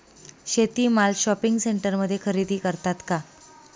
शेती माल शॉपिंग सेंटरमध्ये खरेदी करतात का?